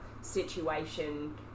situation